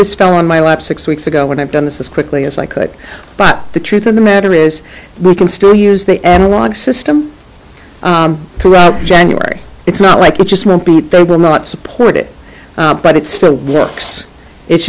this fell on my lap six weeks ago when i've done this as quickly as i could but the truth of the matter is we can still use the analog system throughout january it's not like it just won't be there will not support it but it still works it's